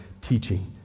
teaching